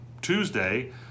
Tuesday